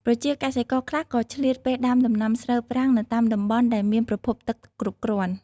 ប្រជាកសិករខ្លះក៏ឆ្លៀតពេលដាំដំណាំស្រូវប្រាំងនៅតាមតំបន់ដែលមានប្រភពទឹកគ្រប់គ្រាន់។